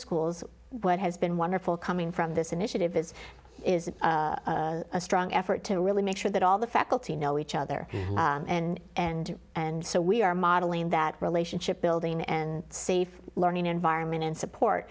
schools what has been wonderful coming from this initiative is a strong effort to really make sure that all the faculty know each other and and and so we are modeling that relationship building and safe learning environment and support